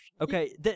Okay